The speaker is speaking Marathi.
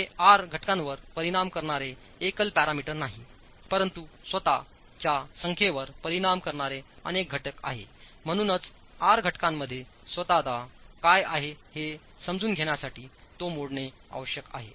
हेआर घटकांवर परिणाम करणारेएकल पॅरामीटर नाही परंतु स्वत च्या संख्येवर परिणाम करणारे अनेक घटक आणि म्हणूनच आर घटकांमध्ये स्वतःत काय आहे हे समजून घेण्यासाठी तो मोडणे आवश्यक आहे